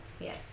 Yes